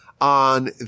on